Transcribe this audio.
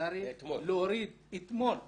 צריך להוריד את האנטנות האלה.